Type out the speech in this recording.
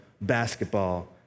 basketball